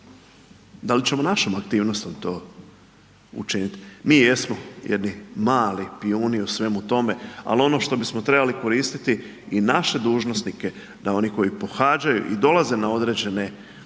da li ćemo našim aktivnostima to učiniti? Mi jesmo jedni mali pijuni u svemu tome, ali ono što bismo trebali koristiti i naše dužnosnike da oni koji pohađaju i dolaze na određene